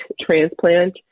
transplant